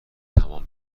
تمام